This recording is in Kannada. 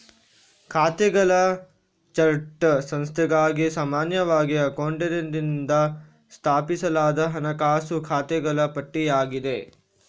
ಖಾತೆಗಳ ಚಾರ್ಟ್ ಸಂಸ್ಥೆಗಾಗಿ ಸಾಮಾನ್ಯವಾಗಿ ಅಕೌಂಟೆಂಟಿನಿಂದ ಸ್ಥಾಪಿಸಲಾದ ಹಣಕಾಸು ಖಾತೆಗಳ ಪಟ್ಟಿಯಾಗಿದೆ